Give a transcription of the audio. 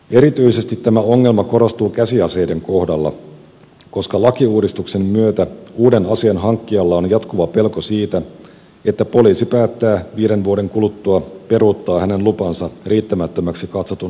erityisesti tämä ongelma korostuu käsiaseiden kohdalla koska lakiuudistuksen myötä uuden aseen hankkijalla on jatkuva pelko siitä että poliisi päättää viiden vuoden kuluttua peruuttaa hänen lupansa riittämättömäksi katsotun harrastuksen perusteella